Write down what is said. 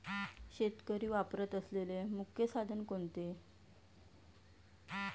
शेतकरी वापरत असलेले मुख्य साधन कोणते?